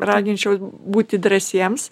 raginčiau būti drąsiems